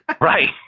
Right